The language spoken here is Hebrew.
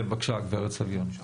כן, בקשה גברת סביון.